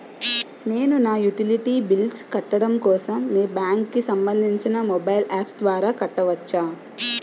నేను నా utility bills కట్టడం కోసం మీ బ్యాంక్ కి సంబందించిన మొబైల్ అప్స్ ద్వారా కట్టవచ్చా?